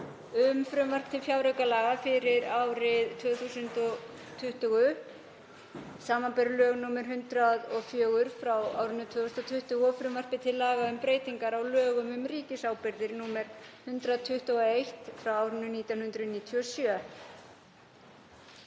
um frumvarp til fjáraukalaga fyrir árið 2020, samanber lög nr. 104/2020, og frumvarp til laga um breytingu á lögum um ríkisábyrgðir, nr. 121/1997.